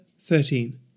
thirteen